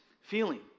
feeling